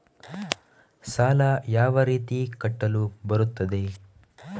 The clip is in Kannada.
ಸಾಲ ಯಾವ ರೀತಿ ಕಟ್ಟಲು ಬರುತ್ತದೆ?